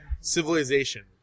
civilization